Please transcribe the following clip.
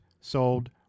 sold